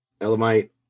Elamite